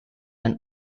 ein